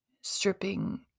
stripping